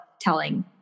telling